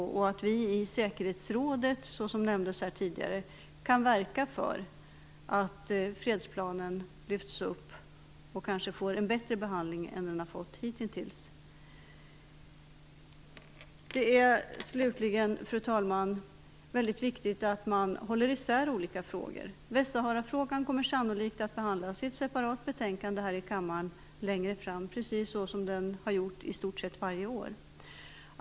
Jag är också övertygad om att vi i säkerhetsrådet, såsom nämndes tidigare, kan verka för att fredsplanen lyfts upp och kanske får en bättre behandling än hittills. Slutligen vill jag säga att det är väldigt viktigt att man håller isär olika frågor. Västsaharafrågan kommer sannolikt att behandlas i ett separat betänkande här i kammaren längre fram, precis som i stort sett varje år.